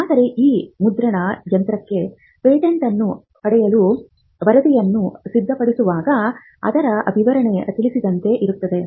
ಆದರೆ ಈ ಮುದ್ರಣ ಯಂತ್ರಕ್ಕೆ ಪೇಟೆಂಟನ್ನು ಪಡೆಯಲು ವರದಿಯನ್ನು ಸಿದ್ಧಪಡಿಸುವಾಗ ಅದರ ವಿವರಣೆ ತಿಳಿಸಿದಂತೆ ಇರುತ್ತದೆ